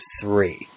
three